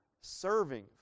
serving